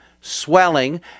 swelling